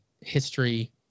history